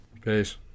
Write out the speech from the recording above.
Peace